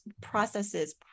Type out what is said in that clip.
processes